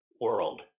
world